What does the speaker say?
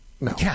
No